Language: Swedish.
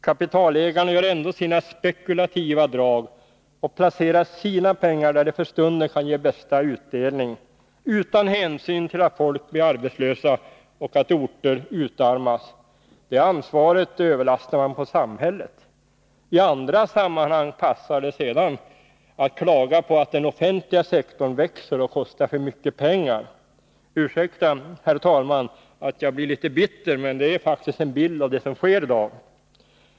Kapitalägarna gör ändå sina spekulativa drag och placerar sina pengar där de för stunden kan ge bästa utdelning utan hänsyn till att människor blir arbetslösa och att orter utarmas. Det ansvaret överlastar man på samhället. I andra sammanhang passar det sedan att klaga på att den offentliga sektorn växer och kostar för mycket pengar. Ursäkta, herr talman, att jag blir litet bitter, men det är faktiskt en bild av det som sker i dag.